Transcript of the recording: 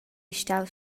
staus